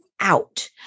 out